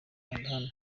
kanda